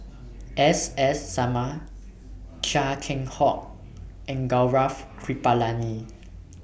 S S Sarma Chia Keng Hock and Gaurav Kripalani